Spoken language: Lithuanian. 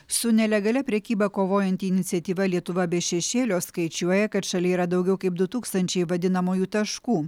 su nelegalia prekyba kovojanti iniciatyva lietuva be šešėlio skaičiuoja kad šalyje yra daugiau kaip du tūkstančiai vadinamųjų taškų